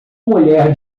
mulher